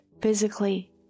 physically